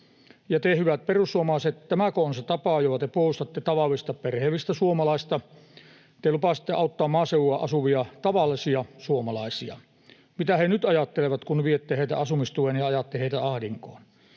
te, hyvät perussuomalaiset, tämäkö on se tapa, jolla te puolustatte tavallista perheellistä suomalaista? Te lupasitte auttaa maaseudulla asuvia tavallisia suomalaisia. Mitä he nyt ajattelevat, kun viette heiltä asumistuen ja ajatte heitä ahdinkoon?